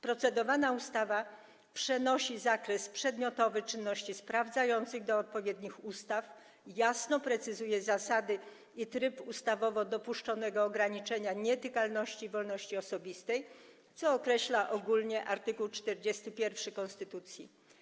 Procedowana ustawa przenosi zakres przedmiotowy czynności sprawdzających do odpowiednich ustaw, jasno precyzuje zasady i tryb ustawowo dopuszczanego ograniczania nietykalności i wolności osobistej, co określa ogólnie art. 41 konstytucji.